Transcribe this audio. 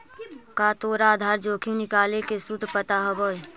का तोरा आधार जोखिम निकाले के सूत्र पता हवऽ?